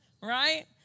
right